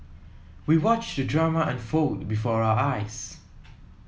we watched the drama unfold before our eyes